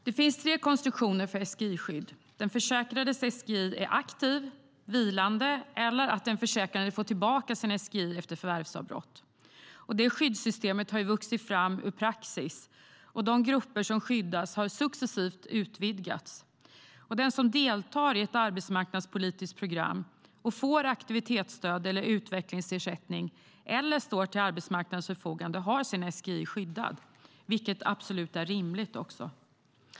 Det finns tre konstruktioner för SGI-skydd: att den försäkrades SGI är aktiv, att den försäkrades SGI är vilande eller att den försäkrade får tillbaka sin SGI efter förvärvsavbrott. Skyddssystemet har vuxit fram ur praxis, och de grupper som skyddas har successivt utvidgats. Den som deltar i ett arbetsmarknadspolitiskt program och får aktivitetsstöd eller utvecklingsersättning eller står till arbetsmarknadens förfogande har sin SGI skyddad, vilket absolut är rimligt.